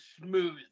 smooth